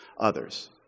others